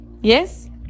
Yes